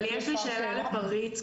יש לי שאלה לפריצקי.